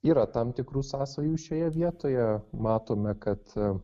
yra tam tikrų sąsajų šioje vietoje matome kad